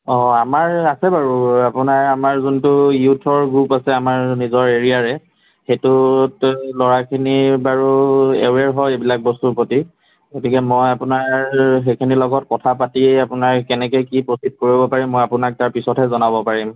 অঁ আমাৰ আছে বাৰু আপোনাৰ আমাৰ যোনটো ইয়োথৰ গ্ৰুপ আছে আমাৰ নিজৰ এৰিয়াৰে সেইটোত ল'ৰাখিনি বাৰু এৱেৰ হয় এইবিলাক বস্তুৰ প্ৰতি গতিকে মই আপোনাৰ সেইখিনিৰ লগত কথা পাতি আপোনাৰ কেনেকৈ কি প্ৰোচিড কৰিব পাৰি আপোনাক তাৰপিছত হে জনাব পাৰিম